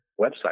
website